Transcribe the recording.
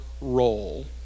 role